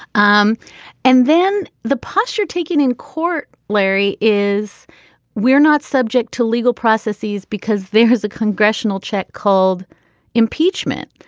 um and then the posture taken in court larry is we're not subject to legal processes because there is a congressional check called impeachment.